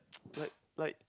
like like